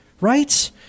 right